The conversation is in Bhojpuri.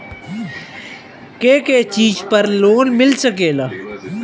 के के चीज पर लोन मिल सकेला?